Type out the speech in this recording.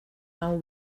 know